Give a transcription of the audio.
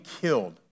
killed